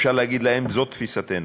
אפשר להגיד להם: זו תפיסתנו,